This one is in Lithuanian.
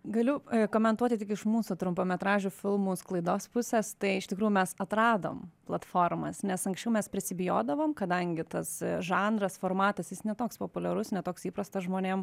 galiu komentuoti tik iš mūsų trumpametražių filmų sklaidos pusės tai iš tikrųjų mes atradom platformas nes anksčiau mes prisibijodavom kadangi tas žanras formatas jis ne toks populiarus ne toks įprastas žmonėm